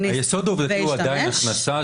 והשתמש -- היסוד העובדתי הוא עדיין הכנסה,